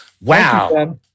Wow